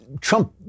Trump